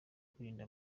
kwirinda